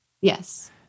yes